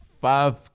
five